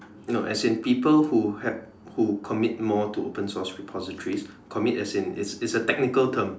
no as in people who hap~ who commit more to open source repositories commit as in it's it's a technical term